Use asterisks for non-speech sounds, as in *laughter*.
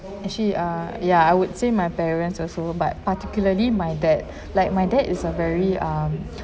actually uh ya I would say my parents also but particularly my dad *breath* like my dad is a very um